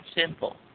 simple